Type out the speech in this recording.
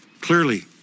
Clearly